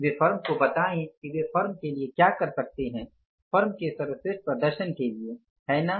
वे firm को बताएं कि वे फर्म के लिए क्या कर सकते हैं फर्म के सर्वश्रेष्ठ प्रदर्शन के लिए है ना